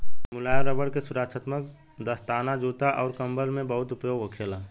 मुलायम रबड़ के सुरक्षात्मक दस्ताना, जूता अउर कंबल में बहुत उपयोग होखेला